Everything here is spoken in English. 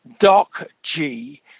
docg